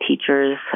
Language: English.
teachers